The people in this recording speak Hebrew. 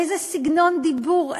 איזה סגנון דיבור?